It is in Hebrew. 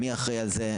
מי אחראי על זה,